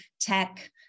tech